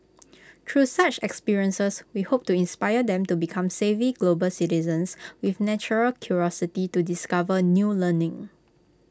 through such experiences we hope to inspire them to become savvy global citizens with natural curiosity to discover new learning